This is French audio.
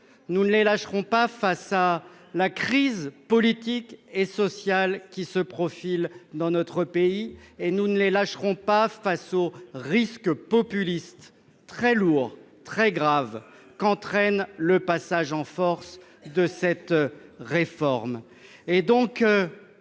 nous ne les lâcherons pas face à la crise politique et sociale qui se profile dans notre pays, nous ne les lâcherons pas face au risque populiste très grave qu'entraîne le passage en force de ce texte.